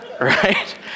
Right